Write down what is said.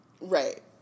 Right